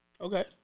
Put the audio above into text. Okay